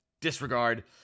disregard